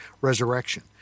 resurrection